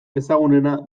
ezagunena